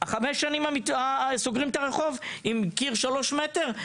חמש שנים סוגרים את הרחוב עם קיר שלושה מטר?